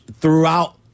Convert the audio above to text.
throughout